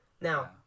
Now